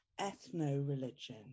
ethno-religion